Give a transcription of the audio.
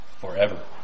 forever